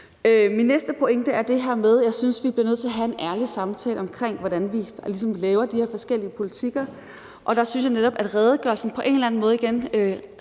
Min næste pointe er det her med, at jeg synes, vi bliver nødt til at have en ærlig samtale om, hvordan vi laver de her forskellige politikker, og der synes jeg netop igen, at redegørelsen nævner alt det rigtige,